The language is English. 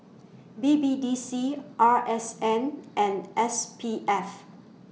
B B D C R S N and S P F